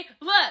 Look